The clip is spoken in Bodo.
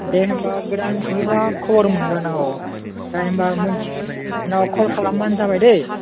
दे होनबा गोदान सफैबा खबर मोनगोन औ दे होनबा मोन उनाव कल खालामबानो जाबाय दे